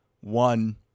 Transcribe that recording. one